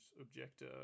objector